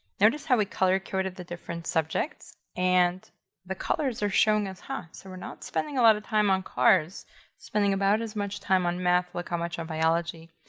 notice how we color coded the different subjects and the colors are showing as hot so we're not spending a lot of time on cars spending about as much time on math. look how much on biology.